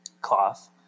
cloth